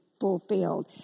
fulfilled